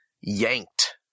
yanked